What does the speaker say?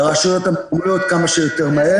לרשויות המקומיות כמה שיותר מהר.